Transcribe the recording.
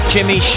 Jimmy